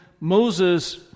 Moses